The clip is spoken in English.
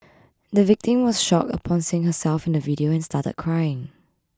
the victim was shocked upon seeing herself in the video and started crying